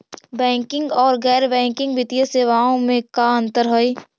Banking और गैर banking वित्तीय सेवाओं में का अंतर हइ?